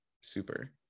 super